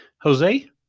Jose